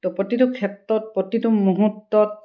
তো প্ৰতিটো ক্ষেত্ৰত প্ৰতিটো মুহূৰ্তত